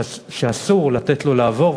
שאסור לתת לו לעבור,